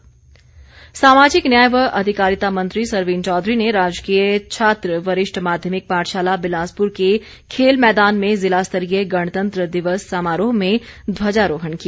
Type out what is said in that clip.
बिलासपुर गणतंत्र दिवस सामाजिक न्याय व अधिकारिता मंत्री सरवीण चौधरी ने राजकीय छात्र वरिष्ठ माध्यमिक पाठशाला बिलासपुर के खेल मैदान में ज़िला स्तरीय गणतंत्र दिवस समारोह में ध्वजारोहण किया